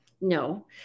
no